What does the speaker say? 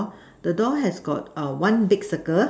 the door has got err one big circle